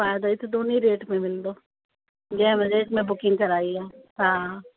पाए त उन्हीअ रेट ते मिलंदो जंहिं रेट में बुकिंग करायी आहे हा